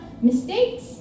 mistakes